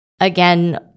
again